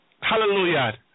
hallelujah